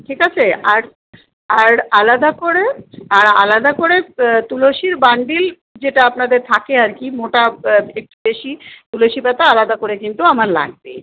ঠিক আছে আর আর আলাদা করে আর আলাদা করে তুলসীর বান্ডিল যেটা আপনাদের থাকে আর কি মোটা একটু বেশি তুলসীপাতা আলাদা করে কিন্তু আমার লাগবে